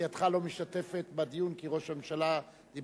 סיעתך לא משתתפת בדיון כי ראש הממשלה דיבר